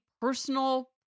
personal